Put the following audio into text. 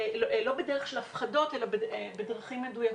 לא בדרך של הפחדות אלא בדרכים מדויקות.